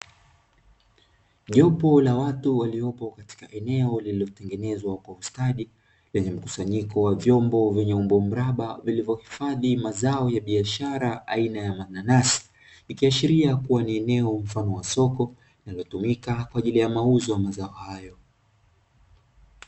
Jopo la watu waliopo katika eneo lililo tengenezwa kwa ustadi lenye mkusanyiko wa vyombo vyenye mraba vilivyo hifadhi mazao ya biashara aina ya mananasi, ikiashiria ni eneo mfano wa soko linalotumika kwa ajili ya mazao ya mazao hayo.